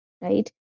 right